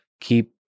keep